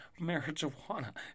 marijuana